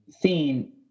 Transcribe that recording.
seen